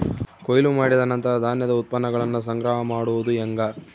ಕೊಯ್ಲು ಮಾಡಿದ ನಂತರ ಧಾನ್ಯದ ಉತ್ಪನ್ನಗಳನ್ನ ಸಂಗ್ರಹ ಮಾಡೋದು ಹೆಂಗ?